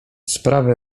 sprawy